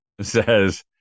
says